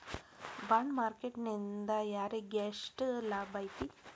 Bond market ನಿಂದಾ ಯಾರಿಗ್ಯೆಷ್ಟ್ ಲಾಭೈತಿ?